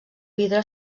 vidre